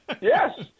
Yes